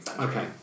Okay